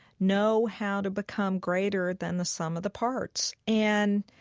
know how to become greater than the sum of the parts. and